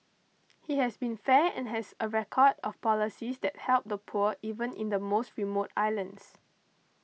he has been fair and has a record of policies that help the poor even in the most remote islands